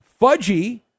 Fudgy